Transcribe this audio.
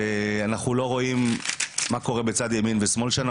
ואנחנו לא וראים מה קורה בצד ימין ושמאל שלנו,